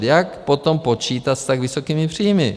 Jak potom počítat s tak vysokými příjmy?